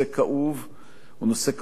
הוא נושא כאוב ברמה האנושית